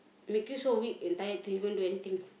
make you so weak and tired to even do anything